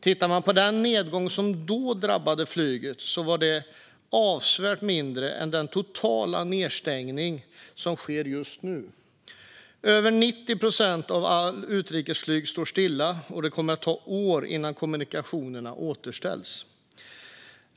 Tittar man på den nedgång som då drabbade flyget var den avsevärt mindre än den totala nedstängning som sker just nu. Över 90 procent av allt utrikesflyg står stilla, och det kommer att ta år innan kommunikationerna återställs.